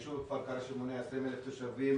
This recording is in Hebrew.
היישוב כפר קרע, שמונה 20,000 תושבים,